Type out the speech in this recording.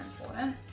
important